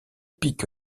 pic